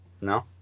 No